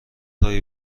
هایی